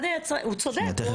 אחד היצרנים, הוא צודק.